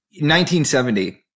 1970